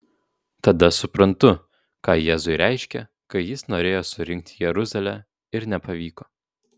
tada suprantu ką jėzui reiškė kai jis norėjo surinkti jeruzalę ir nepavyko